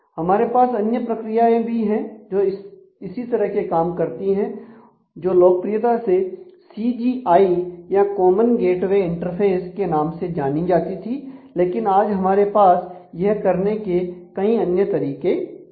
हमारे पास अन्य प्रक्रियाएं भी हैं जो इसी तरह के काम करती है जो लोकप्रियता से सीजीआई या कॉमन गेटवे इंटरफेस के नाम से जानी जाती थी लेकिन आज हमारे पास यह करने के कई अन्य तरीके हैं